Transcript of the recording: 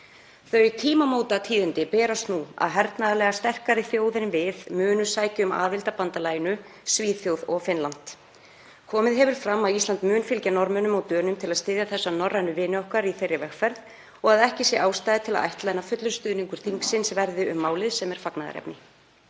Þau tímamótatíðindi berast nú að hernaðarlega sterkari þjóðir en við muni sækja um aðild að bandalaginu; Svíþjóð og Finnland. Komið hefur fram að Ísland mun fylgja Norðmönnum og Dönum til að styðja þessa norrænu vini okkar í þeirri vegferð og að ekki sé ástæða til að ætla annað en að fullur stuðningur þingsins verði um málið, sem er fagnaðarefni.